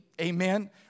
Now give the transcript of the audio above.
Amen